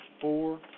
four